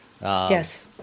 Yes